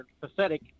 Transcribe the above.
pathetic